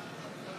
60